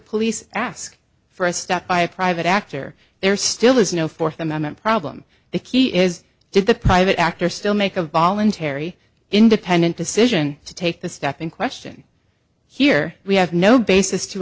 police ask for a step by a private actor there still is no fourth amendment problem the key is did the private actor still make a voluntary independent decision to take the step in question here we have no basis to